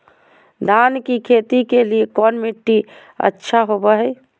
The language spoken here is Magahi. धान की खेती के लिए कौन मिट्टी अच्छा होबो है?